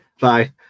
Bye